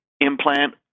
implant